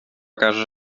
casos